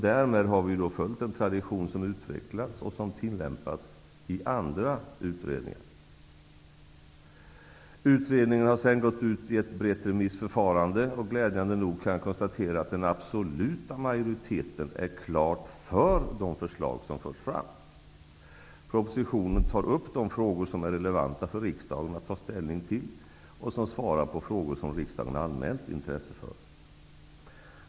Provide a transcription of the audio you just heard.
Därmed har vi följt den tradition som utvecklats och som tillämpas i andra utredningar. Utredningen har sedan gått ut i ett brett remissförfarande, och glädjande nog kan jag konstatera att den absoluta majoriteten är klart för de förslag som förs fram. Propositionen tar upp de frågor som är relevanta för riksdagen att ta ställning till och frågor som riksdagen anmält intresse för.